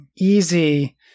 easy